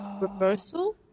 reversal